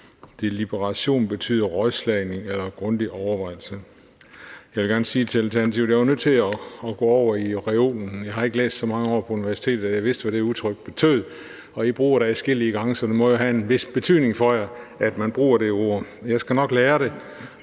Deliberation betyder rådslagning, eller grundig overvejelse. Jeg vil gerne sige til Alternativet, at jeg var nødt til at gå over i reolen, for jeg har ikke læst så mange år på universitetet, at jeg vidste, hvad det udtryk betød, og I bruger det adskillige gange, så det må jo have en vis betydning for jer, at man bruger det ord. Jeg skal nok lære det,